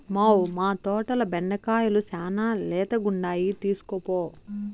మ్మౌ, మా తోటల బెండకాయలు శానా లేతగుండాయి తీస్కోపో